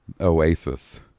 oasis